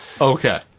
Okay